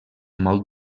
molt